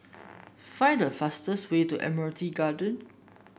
find the fastest way to Admiralty Garden